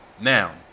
Now